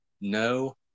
no